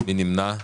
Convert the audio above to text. מי נמנע?